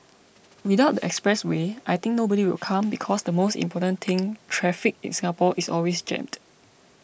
without the expressway I think nobody will come because the most important thing traffic in Singapore is always jammed